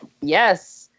Yes